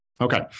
Okay